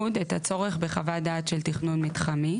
של תכנון מתחמי.